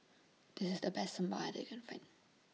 This IS The Best Sambar I that Can Find